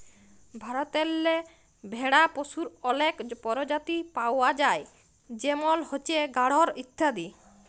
ভারতেল্লে ভেড়া পশুর অলেক পরজাতি পাউয়া যায় যেমল হছে গাঢ়ল ইত্যাদি